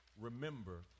Remember